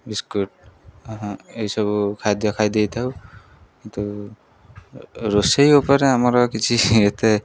biscuit ଏଇସବୁ ଖାଦ୍ୟ ଖାଇ ଦେଇଥାଉ କିନ୍ତୁ ରୋଷେଇ ଉପରେ ଆମର କିଛି ଏତେ